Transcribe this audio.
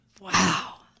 Wow